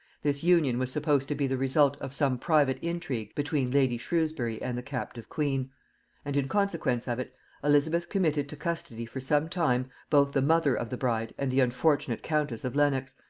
this union was supposed to be the result of some private intrigue between lady shrewsbury and the captive queen and in consequence of it elizabeth committed to custody for some time, both the mother of the bride and the unfortunate countess of lenox,